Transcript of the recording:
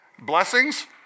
Blessings